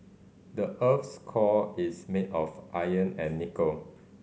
the earth's core is made of iron and nickel